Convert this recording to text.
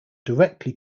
directly